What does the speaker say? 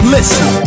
Listen